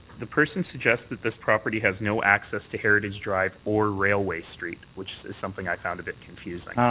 the person suggests that this property has no access to heritage drive or railway street, which is something i found a bit confusing.